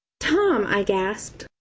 tom! i gasped.